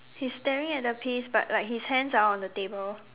he's staring at the peas but like his hands are on the table